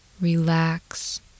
Relax